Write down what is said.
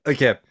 Okay